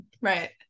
right